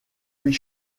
puis